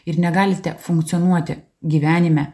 ir negalite funkcionuoti gyvenime